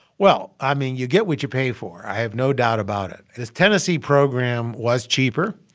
well, i mean, you get what you pay for. i have no doubt about it. this tennessee program was cheaper.